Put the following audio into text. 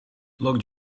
look